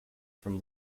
from